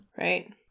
Right